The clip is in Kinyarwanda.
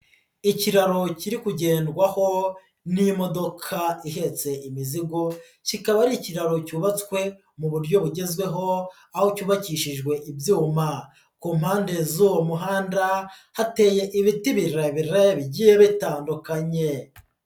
Ikiraro kiri kugendwaho n'imodoka ihetse imizigo, kikaba ari ikiraro cyubatswe mu buryo bugezweho, aho cyubakishijwe ibyuma. Ku mpande z'uwo muhanda hateye ibiti biebire bigiye bitandukanye.